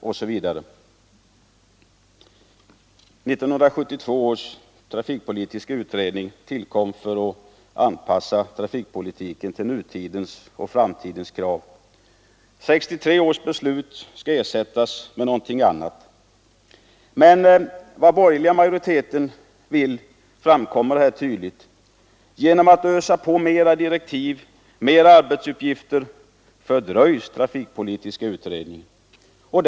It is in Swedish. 1972 års trafikpolitiska utredning tillkom för att anpassa trafikpolitiken till nutidens och framtidens krav. 1963 års beslut skall ersättas med någonting annat. Men vad den borgerliga majoriteten vill framkommer rätt tydligt. Genom att ösa på mer direktiv och fler arbetsuppgifter fördröjs trafikpolitiska utredningen.